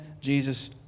Jesus